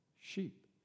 sheep